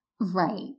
Right